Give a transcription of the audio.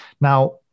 Now